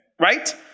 right